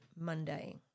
Monday